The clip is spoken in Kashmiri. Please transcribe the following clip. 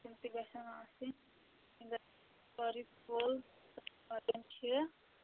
تِم تہِ گژھن آسٕنۍ یِم گژھن سٲری ہول لگن چھِیا